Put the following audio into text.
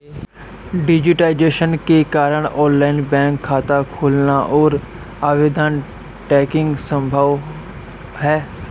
digitisation के कारण online bank खाता खोलना और आवेदन ट्रैकिंग संभव हैं